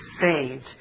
saved